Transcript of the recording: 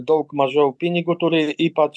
daug mažiau pinigų turi ypač